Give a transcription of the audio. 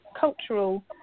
cultural